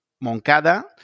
Moncada